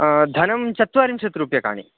धनं चत्वारिंशत् रूप्यकाणि